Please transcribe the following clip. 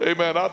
Amen